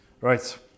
right